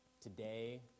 today